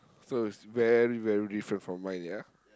so is very very different from mine yeah